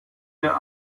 der